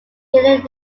located